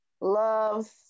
loves